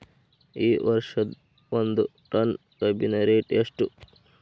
ಈ ವರ್ಷ ಒಂದ್ ಟನ್ ಕಬ್ಬಿನ ರೇಟ್ ಎಷ್ಟು?